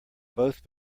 both